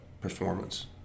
performance